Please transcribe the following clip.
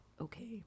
Okay